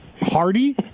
Hardy